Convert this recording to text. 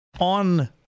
on